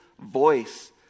voice